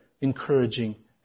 encouraging